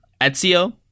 Ezio